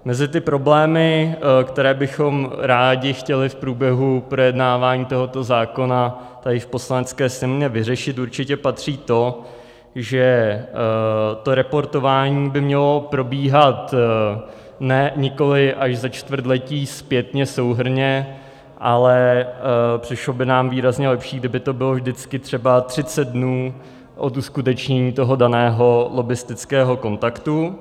Mezi ty problémy, které bychom rádi chtěli v průběhu projednávání tohoto zákona tady v Poslanecké sněmovně vyřešit, určitě patří to, že to reportování by mělo probíhat nikoli až za čtvrtletí zpětně souhrnně, ale přišlo by nám výrazně lepší, kdyby to bylo vždycky třeba třicet dnů od uskutečnění toho daného lobbistického kontaktu.